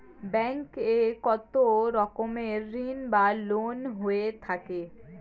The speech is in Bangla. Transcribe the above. ব্যাংক এ কত রকমের ঋণ বা লোন হয়ে থাকে?